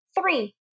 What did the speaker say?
three